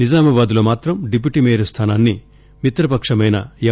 నిజామాబాద్ లో మాత్రం deputy mayor స్థానాన్ని మిత్రపక్షమైన ఎం